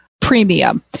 premium